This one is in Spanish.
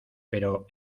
pero